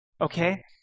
Okay